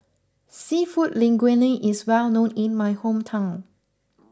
Seafood Linguine is well known in my hometown